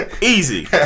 Easy